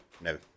No